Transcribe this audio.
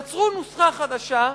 יצרו נוסחה חדשה,